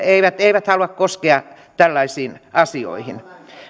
eivät eivät halua koskea tällaisiin asioihin